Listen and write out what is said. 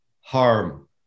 harm